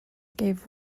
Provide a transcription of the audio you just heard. gave